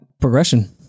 Progression